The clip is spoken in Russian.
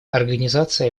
организация